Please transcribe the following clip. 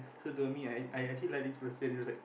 so to me I I actually like this person he was like